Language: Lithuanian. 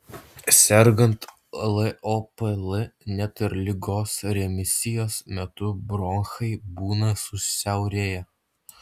sergant lopl net ir ligos remisijos metu bronchai būna susiaurėję